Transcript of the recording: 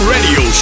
Radio